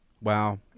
Wow